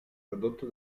prodotto